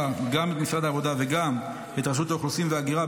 גם את משרד העבודה וגם את רשות האוכלוסין וההגירה,